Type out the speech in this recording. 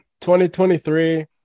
2023